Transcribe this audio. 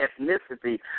ethnicity